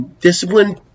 Discipline